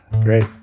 Great